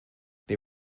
they